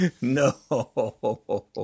No